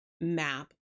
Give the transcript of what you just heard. map